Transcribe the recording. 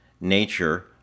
nature